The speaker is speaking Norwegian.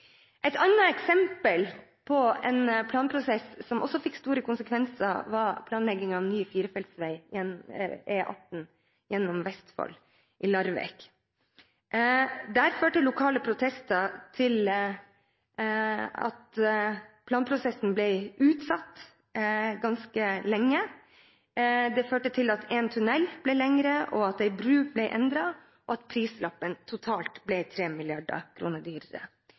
Et eksempel på en planprosess som fikk store konsekvenser, var planleggingen av ny firefelts vei på E18 gjennom Vestfold ved Larvik. Der førte lokale protester til at planprosessen ble utsatt ganske lenge. Det førte til at en tunnel ble lenger, at en bro ble endret, og at prislappen totalt ble 3 mrd. kr dyrere.